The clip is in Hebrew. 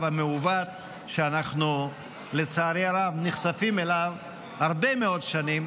המעוות שאנחנו לצערי הרב נחשפים אליו הרבה מאוד שנים,